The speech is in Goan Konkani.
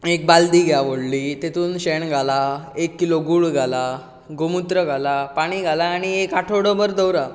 एक बालदी घेयात व्हडली तेतूंत शेण घाला एक किलो गूळ घाला गोमूत्र घाला पाणी घाला आनी एक आठवडो भर दवरा